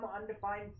undefined